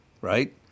right